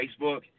Facebook